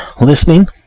listening